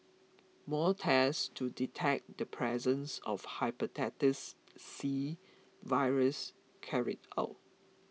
more tests to detect the presence of Hepatitis C virus carried out